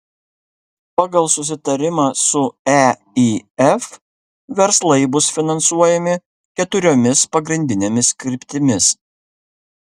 pagal susitarimą su eif verslai bus finansuojami keturiomis pagrindinėmis kryptimis